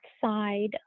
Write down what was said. side